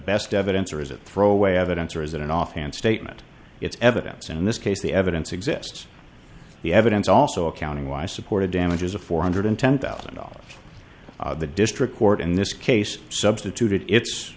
best evidence or is it throw away evidence or is it an offhand statement it's evidence in this case the evidence exists the evidence also accounting why support a damages of four hundred ten thousand dollars the district court in this case substituted it